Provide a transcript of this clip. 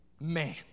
Man